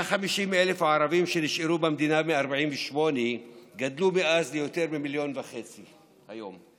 150,000 הערבים שנשארו במדינה מ-48' גדלו מאז ליותר ממיליון וחצי היום.